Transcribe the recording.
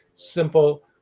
simple